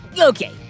Okay